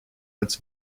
als